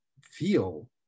feel